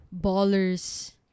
Ballers